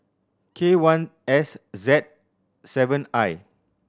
K one S Z seven I